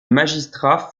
magistrats